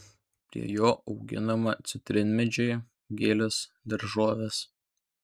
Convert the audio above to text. prie jo auginama citrinmedžiai gėlės daržovės